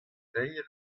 teir